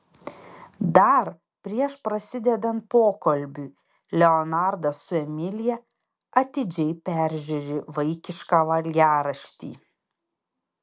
dar prieš prasidedant pokalbiui leonardas su emilija atidžiai peržiūri vaikišką valgiaraštį